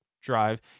drive